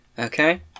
Okay